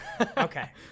okay